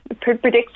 predict